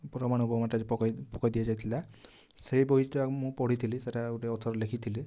ପରମାଣୁ ବୋମାଟା ପକାଇ ଦିଆଯାଇଥିଲା ସେ ବହିଟା ମୁଁ ପଢ଼ିଥିଲି ସେଇଟା ଗୋଟେ ଅଥର୍ ଲେଖିଥିଲେ